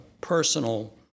personal